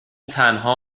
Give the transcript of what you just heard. تنها